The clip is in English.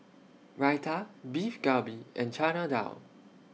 Raita Beef Galbi and Chana Dal